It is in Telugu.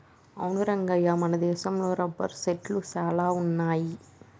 అవును రంగయ్య మన దేశంలో రబ్బరు సెట్లు సాన వున్నాయి